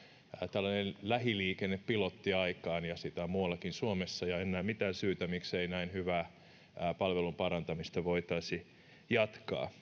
tällainen lähiliikennepilotti aikaan niitä on muuallakin suomessa enkä näe mitään syytä miksei näin hyvää palvelun parantamista voitaisi jatkaa